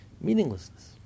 Meaninglessness